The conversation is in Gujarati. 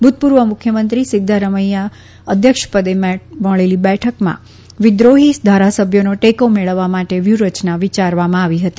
ભૂતપૂર્વ મુખ્યમંત્રી સિદ્ધરામૈયાહના અધ્યક્ષપદે મળેલી બેઠકમાં વિદ્રોહી ધારાસભ્યોનો ટેકો મેળવવા માટેની વ્યૂહરચના વિચારવામાં આવી હતી